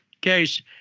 case